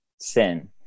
sin